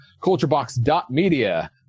culturebox.media